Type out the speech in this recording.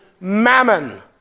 mammon